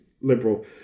liberal